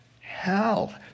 Hell